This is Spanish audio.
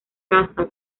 caza